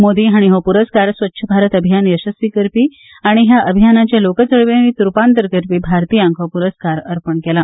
मोदी हांणी हो पुरस्कार स्वच्छ भारत अभियान येसस्वी करपी आनी ह्या अभियानाचे लोकचळवळींत रुपांतर करपी भारतीयांक हो पुरस्कार अर्पण केला